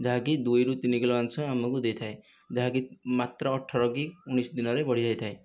ଯାହାକି ଦୁଇରୁ ତିନି କିଲୋ ମାଂସ ଆମକୁ ଦେଇଥାଏ ଯାହାକି ମାତ୍ର ଅଠର କି ଉଣେଇଶି ଦିନରେ ବଢ଼ିଯାଇଥାଏ